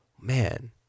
man